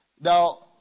now